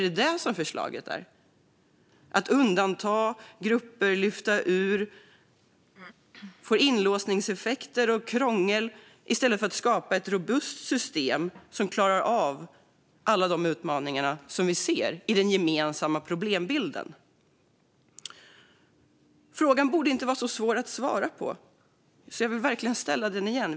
Handlar förslaget om undantag, inlåsningseffekter och krångel i stället för att skapa ett robust system som klarar alla utmaningar i den gemensamma problembilden? Frågan borde inte vara svår att svara på, så jag ställer den igen.